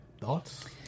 Thoughts